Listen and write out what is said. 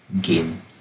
games